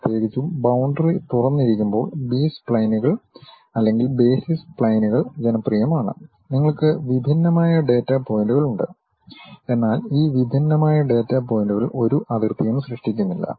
പ്രത്യേകിച്ചും ബൌണ്ടറി തുറന്നിരിക്കുമ്പോൾ ബി സ്പ്ലൈനുകൾ അല്ലെങ്കിൽ ബേസിസ് സ്പ്ലൈനുകൾ ജനപ്രിയമാണ് നിങ്ങൾക്ക് വിഭിന്നമായ ഡാറ്റ പോയിന്റുകളുണ്ട് എന്നാൽ ഈ വിഭിന്നമായ ഡാറ്റാ പോയിന്റുകൾ ഒരു അതിർത്തിയും സൃഷ്ടിക്കുന്നില്ല